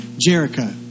Jericho